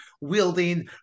wielding